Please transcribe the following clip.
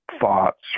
thoughts